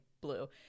blue